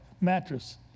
mattress